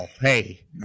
Hey